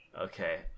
Okay